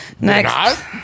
Next